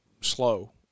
slow